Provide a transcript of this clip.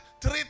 three